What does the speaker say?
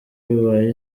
bibaye